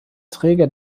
träger